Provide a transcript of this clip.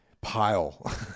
pile